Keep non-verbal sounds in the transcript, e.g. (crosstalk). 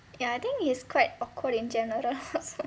ya I think he's quite awkward in general (laughs)